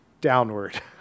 downward